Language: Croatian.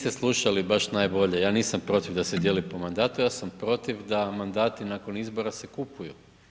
Pa niste slušali baš najbolje, ja nisam protiv da se dijeli po mandatu, ja sam protiv da mandati nakon izbora se kupuju.